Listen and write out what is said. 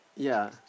yeah